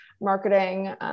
marketing